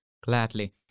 Gladly